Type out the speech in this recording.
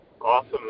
Awesome